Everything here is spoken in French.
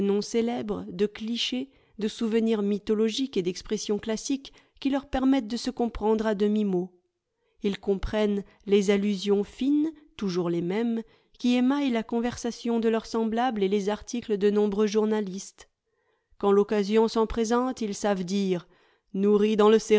célèbres de clichés de souvenirs mythologiques et d'expressions classiques qui leur permettent de se comprendre à demi-mot ils comprennent les allusions fines toujours les mêmes qui émaillent la conversation de leurs semblables et les articles de nombreux journalistes quand roccasion s'en présente ils savent dire nourri dans le